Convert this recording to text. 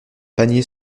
panier